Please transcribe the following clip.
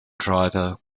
driver